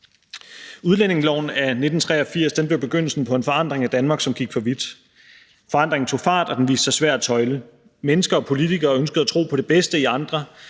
Udlændingeloven af 1983 blev begyndelsen på en forandring af Danmark, som gik for vidt. Forandringen tog fart, og den viste sig svær at tøjle. Borgere og politikere ønskede at tro på det bedste i andre